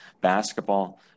Basketball